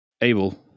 Abel